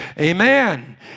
Amen